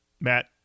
Matt